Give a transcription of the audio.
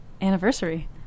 anniversary